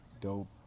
dope